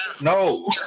no